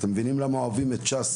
אז אתם מבינים למה אוהבים את תנועת ש״ס?